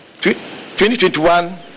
2021